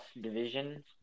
division